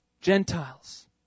Gentiles